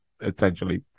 essentially